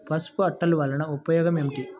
పసుపు అట్టలు వలన ఉపయోగం ఏమిటి?